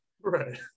Right